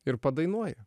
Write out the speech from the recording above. ir padainuoja